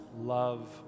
love